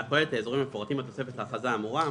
והכולל את האזורים המפורטים בתוספת להכרזה האמורה,